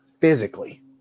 physically